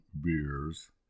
beers